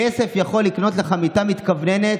כסף יכול לקנות לך מיטה מתכווננת,